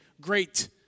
great